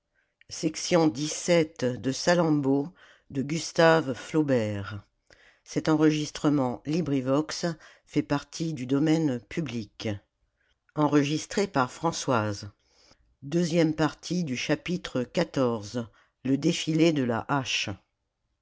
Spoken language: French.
que le défilé de la hache